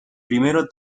primero